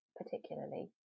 particularly